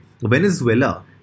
Venezuela